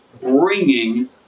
bringing